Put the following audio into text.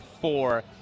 four